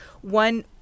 One